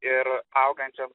ir augančiam